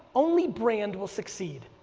only brand will succeed.